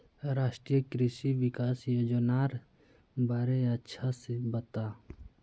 राष्ट्रीय कृषि विकास योजनार बारे अच्छा से बता